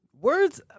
Words